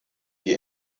die